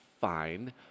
fine